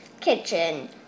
kitchen